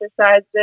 exercises